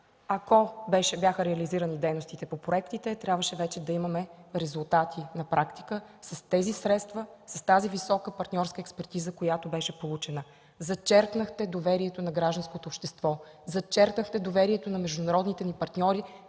бяха реализирани дейностите по проектите, трябваше вече да имаме резултати на практика от средствата, от тази висока партньорска експертиза, която беше получена. Зачеркнахте доверието на гражданското общество, зачеркнахте доверието на международните ни партньори,